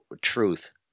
truth